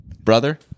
Brother